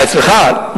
אצלך?